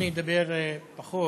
אני אדבר פחות.